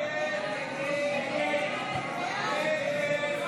הסתייגות 5 לא נתקבלה.